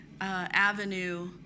avenue